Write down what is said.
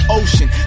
ocean